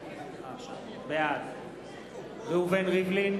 בעד ראובן ריבלין,